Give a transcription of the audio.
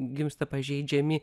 gimsta pažeidžiami